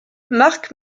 mark